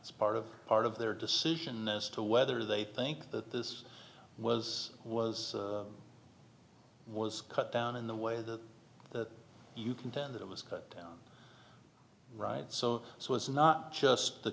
it's part of part of their decision as to whether they think that this was was was cut down in the way that that you contend it was cut down right so it was not just the